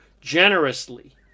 generously